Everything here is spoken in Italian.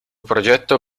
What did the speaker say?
progetto